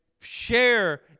share